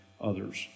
others